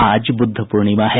आज ब्रद्ध पूर्णिमा है